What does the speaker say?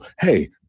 hey